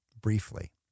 briefly